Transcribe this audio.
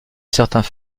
certains